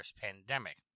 pandemic